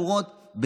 בין השורות,